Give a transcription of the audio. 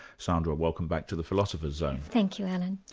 sandra, welcome back to the philosopher's zone. thank you alan.